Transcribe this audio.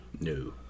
No